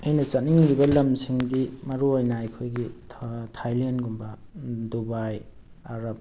ꯑꯩꯅ ꯆꯠꯅꯤꯡꯂꯤꯕ ꯂꯝꯁꯤꯡꯗꯤ ꯃꯔꯨ ꯑꯣꯏꯅ ꯑꯩꯈꯣꯏꯒꯤ ꯊꯥꯏꯂꯦꯟꯒꯨꯝꯕ ꯗꯨꯕꯥꯏ ꯑꯔꯥꯕ